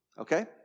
Okay